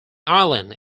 island